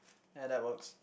ya that works